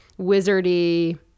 wizardy